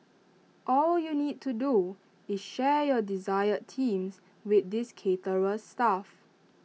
all you need to do is share your desired themes with this caterer's staff